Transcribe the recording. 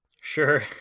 Sure